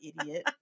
idiot